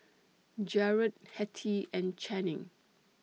Jarod Hetty and Channing